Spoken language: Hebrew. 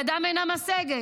ידן אינה משגת.